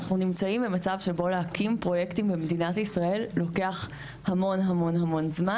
אנחנו נמצאים במצב שבו להקים פרויקטים במדינת ישראל לוקח המון המון זמן.